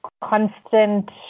constant